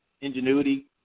ingenuity